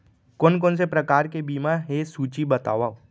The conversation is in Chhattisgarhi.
कोन कोन से प्रकार के बीमा हे सूची बतावव?